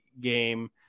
game